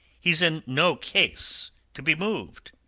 he's in no case to be moved.